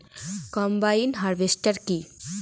Combine harvester কি?